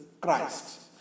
Christ